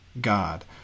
God